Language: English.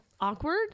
Awkward